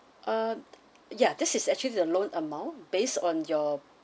uh yeah this is actually the loan amount based on your